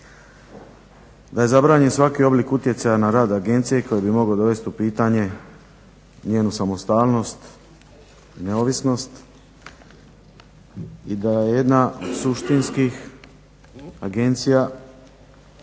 da je zabranjen svaki oblik utjecaja na rad agencije koji bi mogao dovesti u pitanje njenu samostalnost i neovisnost i da je jedna od suštinskih agencija